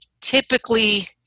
typically